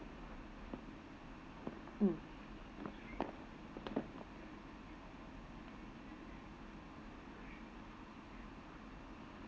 mm